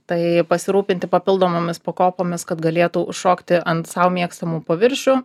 tai pasirūpinti papildomomis pakopomis kad galėtų užšokti ant sau mėgstamų paviršių